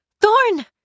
Thorn